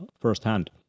firsthand